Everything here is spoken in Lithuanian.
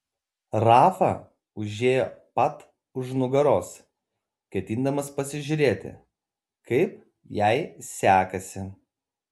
rafa užėjo pat už nugaros ketindamas pasižiūrėti kaip jai sekasi